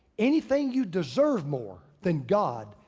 anything you deserve more than god,